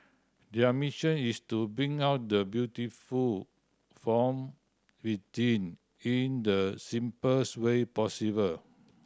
their mission is to bring out the beautiful from within in the simplest way possible